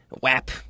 WAP